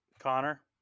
connor